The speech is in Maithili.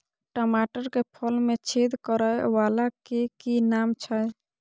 टमाटर के फल में छेद करै वाला के कि नाम छै?